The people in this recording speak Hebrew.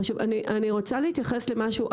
עכשיו אני רוצה להתייחס למשהו,